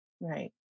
Right